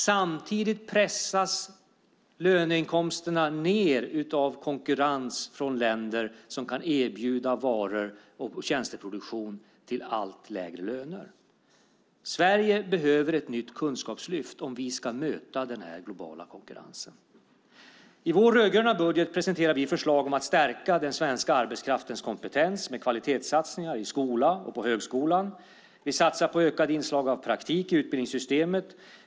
Samtidigt pressas löneinkomsterna ned av konkurrens från länder som kan erbjuda varor och tjänsteproduktion till allt lägre löner. Sverige behöver ett nytt kunskapslyft om vi ska möta den här globala konkurrensen. I vår rödgröna budget presenterar vi förslag om att stärka den svenska arbetskraftens kompetens med kvalitetssatsningar i skolan och på högskolan. Vi satsar på ökade inslag av praktik i utbildningssystemet.